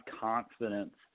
confidence